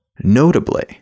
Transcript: Notably